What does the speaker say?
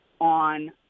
on